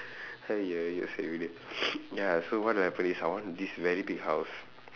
!haiya! சரி விடு:sari vidu ya so what will happen is I want this very big house